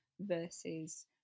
versus